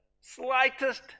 slightest